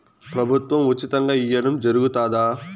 ప్రభుత్వం ఉచితంగా ఇయ్యడం జరుగుతాదా?